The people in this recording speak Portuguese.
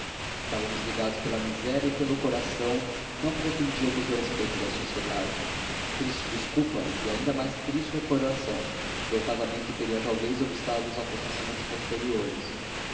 estávamos ligados pela miséria e pelo coração não pretendíamos o respeito da sociedade triste desculpa e ainda mais triste recordação porque o casamento teria talvez obstado os acontecimentos posteriores